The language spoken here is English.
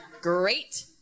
Great